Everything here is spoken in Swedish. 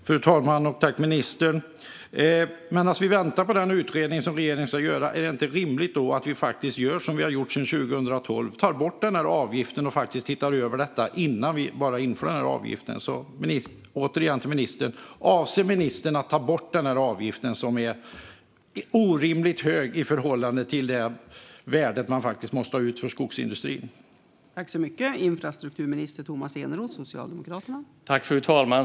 Fru talman! Jag vill tacka ministern. Är det inte rimligt att vi medan vi väntar på regeringens utredning gör som vi har gjort sedan 2012, att vi tar bort avgiften och ser över detta innan den bara införs? Jag frågar ministern återigen: Avser ministern att ta bort den avgiften som är orimligt hög i förhållande till det värde som skogsindustrin måste få ut?